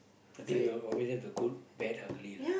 that's why you always have the good bad ugly lah